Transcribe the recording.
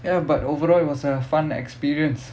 ya but overall it was a fun experience